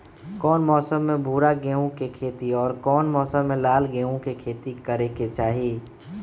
कौन मौसम में भूरा गेहूं के खेती और कौन मौसम मे लाल गेंहू के खेती करे के चाहि?